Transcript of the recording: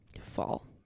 fall